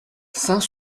saint